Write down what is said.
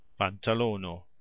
Pantalono